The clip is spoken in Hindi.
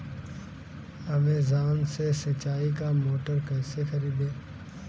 अमेजॉन से सिंचाई का मोटर कैसे खरीदें?